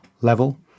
level